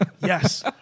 yes